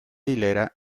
hilera